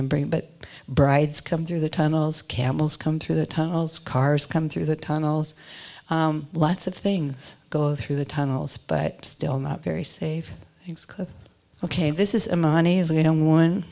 in bring but brides come through the tunnels camels come through the tunnels cars come through the tunnels lots of things go through the tunnels but still not very safe ok this is a monorail going on one